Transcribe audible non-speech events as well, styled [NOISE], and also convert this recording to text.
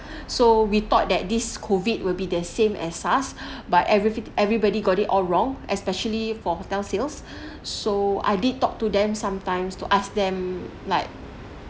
[BREATH] so we thought that this COVID will be the same as SARS [BREATH] but every everybody got it all wrong especially for hotel sales [BREATH] so I did talk to them sometime to ask them like